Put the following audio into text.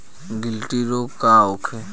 गिल्टी रोग का होखे?